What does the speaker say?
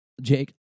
Jake